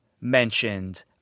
mentioned